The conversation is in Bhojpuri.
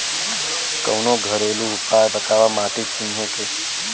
कवनो घरेलू उपाय बताया माटी चिन्हे के?